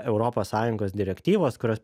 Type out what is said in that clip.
europos sąjungos direktyvos kurios